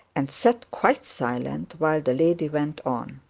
and sat quite silent while the lady went on.